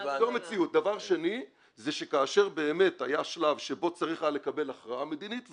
דבר שני זה שכאשר באמת היה שלב שבו צריך היה לקבל הכרעה מדינית,